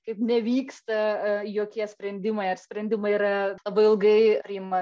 kaip nevyksta a jokie sprendimai ar sprendimai yra labai ilgai priima